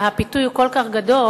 שהפיתוי הוא כל כך גדול,